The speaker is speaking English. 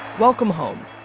welcome home.